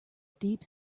deep